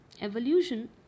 evolution